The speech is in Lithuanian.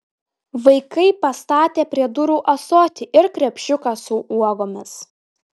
vaikai pastatė prie durų ąsotį ir krepšiuką su uogomis